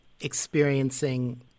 experiencing